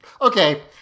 okay